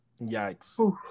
Yikes